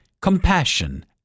compassion